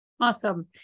Awesome